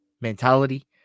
mentality